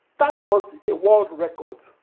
that was a world record